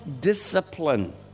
discipline